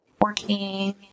working